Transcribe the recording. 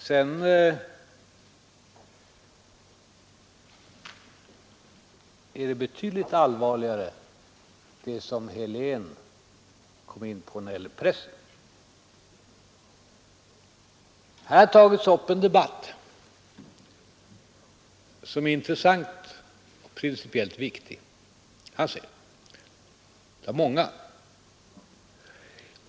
Det är en betydligt allvarligare fråga som herr Helén kom in på när det gäller pressen. Här har tagits upp en debatt som är intressant och principiellt viktig.